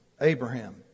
Abraham